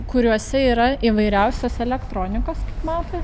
kuriuose yra įvairiausios elektronikos matot